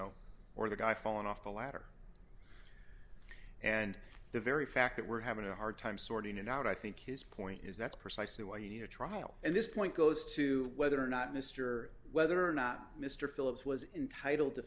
know or the guy falling off the ladder and the very fact that we're having a hard time sorting it out i think his point is that's precisely why you need a trial and this point goes to whether or not mr whether or not mr phillips was entitle to